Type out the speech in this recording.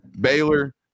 Baylor